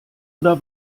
oder